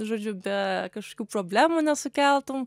žodžiu be kažkokių problemų nesukeltum